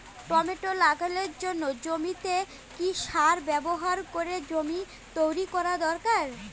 Tomato লাগানোর জন্য জমিতে কি সার ব্যবহার করে জমি তৈরি করা দরকার?